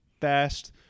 fast